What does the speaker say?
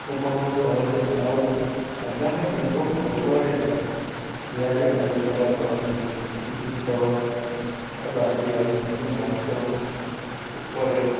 ଉପଭୋଗ କରନ୍ତି ଆଉ ଆଗାମୀ ପର୍ବପର୍ବାଣିର ତିଆରି ଆଲୋଚନା କରନ୍ତି ଗୀତ ବା ବାଦ୍ୟ କି ନାଚ ଉପରେ